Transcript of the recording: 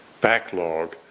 backlog